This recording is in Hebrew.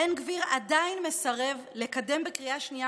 בן גביר עדיין מסרב לקדם בקריאה השנייה